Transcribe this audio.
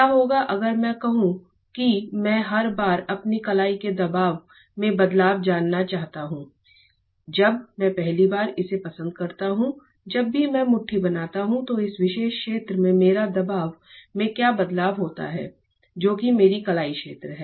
क्या होगा अगर मैं कहूं कि मैं हर बार अपनी कलाई के दबाव में बदलाव जानना चाहता हूं जब मैं पहली बार इसे पसंद करता हूं जब भी मैं मुट्ठी बनाता हूं तो इस विशेष क्षेत्र में मेरे दबाव में क्या बदलाव होता है जो कि मेरा कलाई क्षेत्र है